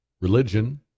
religion